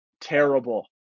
terrible